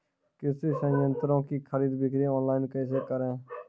कृषि संयंत्रों की खरीद बिक्री ऑनलाइन कैसे करे?